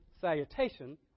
salutation